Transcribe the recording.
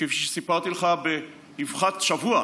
כפי שסיפרתי לך, באבחה, שבוע.